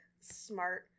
smart